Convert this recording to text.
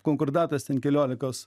konkordatas ten keliolikos